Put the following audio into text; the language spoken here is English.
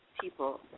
people